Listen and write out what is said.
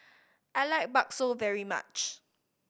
I like bakso very much